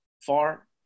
far